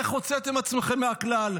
איך הוצאתם עצמכם מהכלל?